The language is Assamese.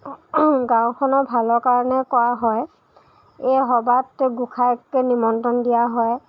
গাওঁখনৰ ভালৰ কাৰণে কৰা হয় এই সবাহত গোঁসাইক নিমন্ত্ৰণ দিয়া হয়